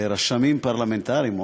רשמים פרלמנטריים,